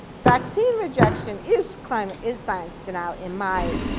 vaccine rejection is kind of is science denial in my